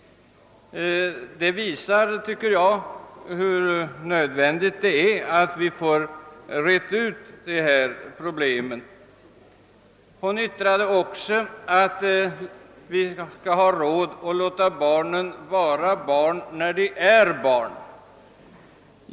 Det visar enligt min mening hur nödvändigt det är att dessa problem blir utredda. Fröken Olsson sade också att vi har råd att låta barnen vara barn när de är barn.